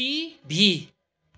TV